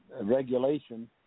regulation